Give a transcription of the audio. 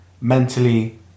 Mentally